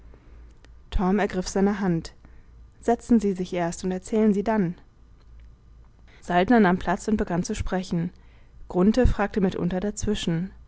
ergriff seine hand setzen sie sich erst und erzählen sie dann saltner nahm platz und begann zu sprechen grunthe fragte mitunter dazwischen